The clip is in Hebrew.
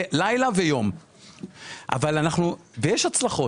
לילה ויום ויש הצלחות.